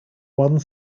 one